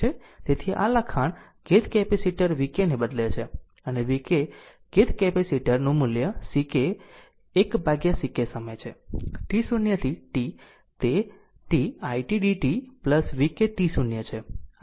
તેથી આ લખાણ kth કેપેસિટર vk ને બદલે છે અને kth કેપેસિટર નું મૂલ્ય Ck 1Ck સમય છે t0 થી t તે t it dt vk t0 છે